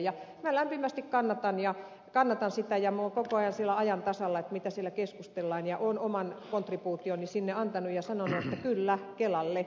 minä lämpimästi kannatan sitä ja minä olen koko ajan ajan tasalla siitä mitä siellä keskustellaan ja olen oman kontribuutioni sinne antanut ja sanonut että kyllä kelalle